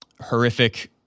Horrific